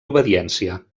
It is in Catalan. obediència